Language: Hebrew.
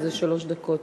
וזה שלוש דקות.